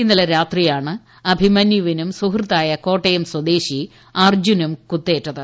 ഇന്നലെ രാത്രിയാണ് അഭിമന്യൂപിക്കും സുഹൃത്തായ കോട്ടയം സ്വദേശി അർജ്ജുനും കുത്തേറ്റത്